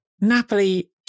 Napoli